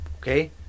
Okay